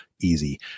easy